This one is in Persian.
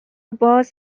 باز